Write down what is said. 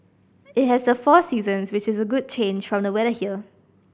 it has the four seasons which is a good change from the weather here